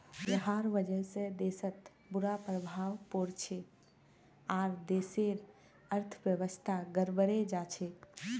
जहार वजह से देशत बुरा प्रभाव पोरछेक आर देशेर अर्थव्यवस्था गड़बड़ें जाछेक